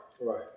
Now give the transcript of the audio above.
Right